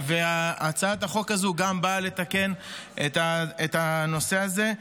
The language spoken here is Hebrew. הצעת החוק הזאת גם באה לתקן את הנושא הזה,